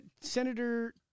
Senator